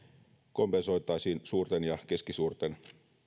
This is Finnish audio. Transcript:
kompensoitaisiin suurten ja keskisuurten